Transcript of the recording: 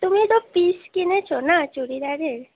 তুমি তো পিস কিনেছো না চুড়িদারের